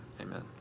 amen